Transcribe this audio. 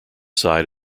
side